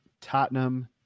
Tottenham